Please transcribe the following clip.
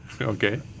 Okay